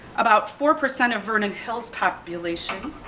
about four percent of vernon hills population.